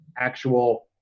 actual